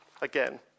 Again